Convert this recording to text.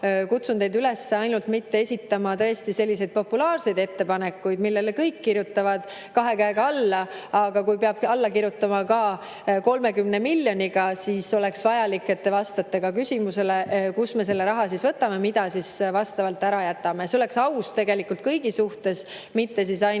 kutsun teid üles mitte esitama tõesti selliseid populaarseid ettepanekuid, millele kõik kirjutavad kahe käega alla. Kui peab alla kirjutama ka 30 miljonile, siis oleks vajalik, et te vastate ka küsimusele, kust me selle raha võtame ja mida me siis vastavalt ära jätame. See oleks aus tegelikult kõigi suhtes, mitte ainult